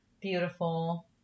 beautiful